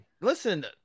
Listen –